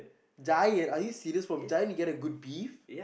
Giant are you serious from Giant you get a good beef